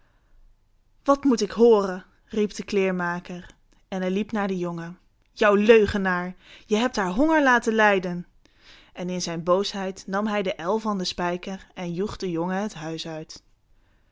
wat moet ik hooren riep de kleermaker en hij liep naar den jongen jou leugenaar je hebt haar honger laten lijden en in zijn boosheid nam hij de el van den spijker en joeg den jongen het huis uit